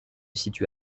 situe